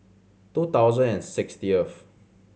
two thousand and sixtieth